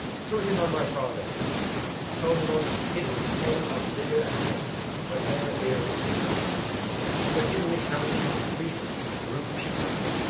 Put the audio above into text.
threw him on my father told the most piteous tale of lear and him that ever ear receiv'd which in recounting his grief grew puissant,